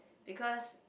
because